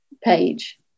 page